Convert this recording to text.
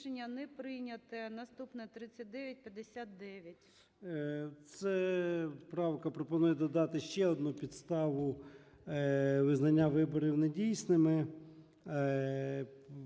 Це правка пропонує додати ще одну підставу визнання виборів недійсними,